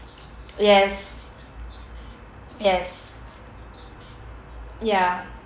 yes yes ya